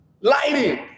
Lighting